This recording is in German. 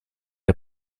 der